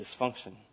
dysfunction